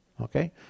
okay